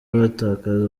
batakaza